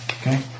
okay